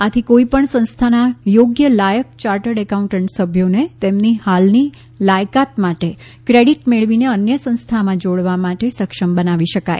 આથી કોઇપણ સંસ્થાના યોગ્ય લાયક ચાર્ટડ એકાઉન્ટન્ટ સભ્યોને તેમની હાલની લાયકાત માટે ક્રેડિટ મેળવીને અન્ય સંસ્થામાં જોડવા માટે સક્ષમ બનાવી શકાય